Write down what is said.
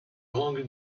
rang